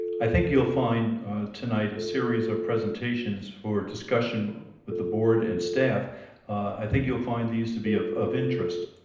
i think you'll find tonight a series of presentations for discussion with the board and staff i think you'll find these to be of of interest